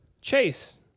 Chase